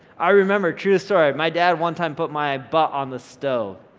i remember, true story, my dad one time put my butt on the stove.